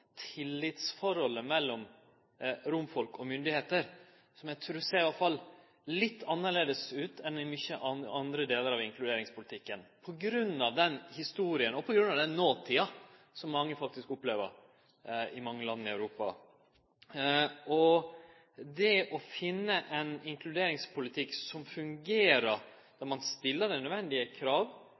tillitsforholdet mellom romfolk og myndigheiter, som iallfall ser litt annleis ut enn i mange andre delar av inkluderingspolitikken på grunn av historia og på grunn av det som mange no faktisk opplever i mange land i Europa. Det å finne fram til ein inkluderingspolitikk som fungerer når ein stiller nødvendige krav,